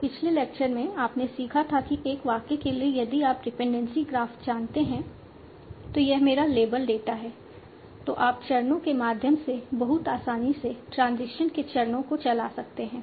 तो पिछले लेक्चर में आपने सीखा था कि एक वाक्य के लिए यदि आप डिपेंडेंसी ग्राफ जानते हैं तो यह मेरा लेबल डेटा है तो आप चरणों के माध्यम से बहुत आसानी से ट्रांजिशन के चरणों को चला सकते हैं